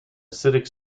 acidic